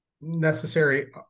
necessary